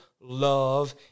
love